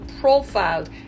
profiled